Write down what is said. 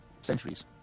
centuries